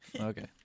Okay